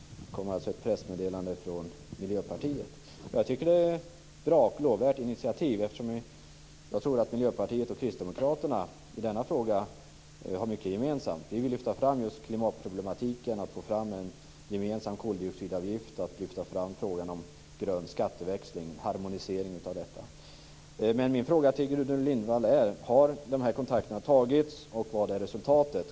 Det var alltså i ett pressmeddelande från Miljöpartiet. Jag tycker att det är ett bra och lovvärt initiativ eftersom jag tror att Miljöpartiet och Kristdemokraterna har mycket gemensamt i denna fråga. Vi vill lyfta fram klimatproblematiken och få fram en gemensam koldioxidavgift. Vi vill lyfta fram frågan om grön skatteväxling, en harmonisering av detta. Min fråga till Gudrun Lindvall är: Har de här kontakterna tagits, och vad är resultatet?